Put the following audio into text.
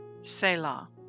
Selah